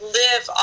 live